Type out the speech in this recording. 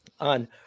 on